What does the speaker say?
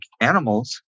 animals